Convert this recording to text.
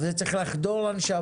אבל זה צריך לחדור לנשמה,